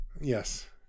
Yes